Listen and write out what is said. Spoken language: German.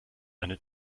eine